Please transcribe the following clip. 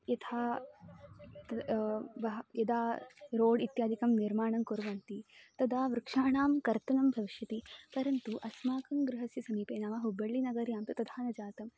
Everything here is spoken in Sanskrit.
यथा तद् बह यदा रोड् इत्यादिकं निर्माणं कुर्वन्ति तदा वृक्षाणां कर्तनं भविष्यति परन्तु अस्माकं गृहस्य समीपे नाम हु्ब्बळ्ळि नगरे तु तथा न जातं